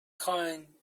خاین